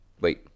Wait